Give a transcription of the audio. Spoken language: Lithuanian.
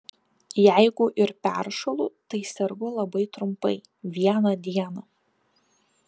jeigu ir peršąlu tai sergu labai trumpai vieną dieną